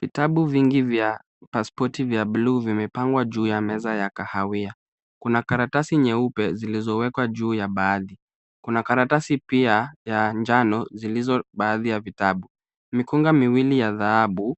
Vitabu vingi vya pasipoti vya bluu vimepangwa juu ya meza ya kahawia. Kuna karatasi nyeupe zilizowekwa juu ya baadhi. Kuna karatasi pia ya njano zilizo baadhi ya vitabu. Mikunga miwili ya dhahabu